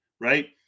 right